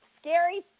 scary